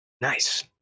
Nice